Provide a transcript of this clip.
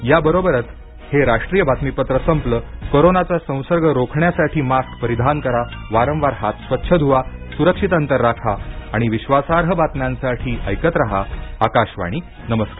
या बरोबरच हे राष्ट्रीय बातमीपत्र संपलं कोरोनाचा संसर्ग रोखण्यासाठी मास्क परिधान करा वारवार हात स्वच्छ धुवा सुरक्षित अंतर राखा आणि विश्वासार्ह बातम्यांसाठी ऐकत राहा आकाशवाणी नमस्कार